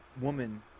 woman